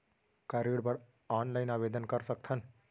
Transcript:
का ऋण बर ऑनलाइन आवेदन कर सकथन?